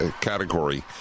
category